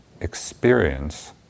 experience